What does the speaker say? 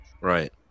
Right